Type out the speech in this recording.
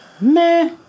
Meh